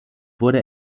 wurde